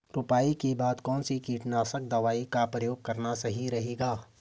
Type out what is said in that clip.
रुपाई के बाद कौन सी कीटनाशक दवाई का प्रयोग करना सही रहेगा?